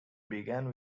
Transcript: began